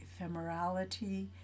ephemerality